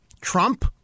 Trump